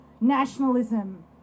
Nationalism